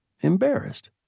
embarrassed